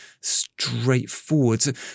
straightforward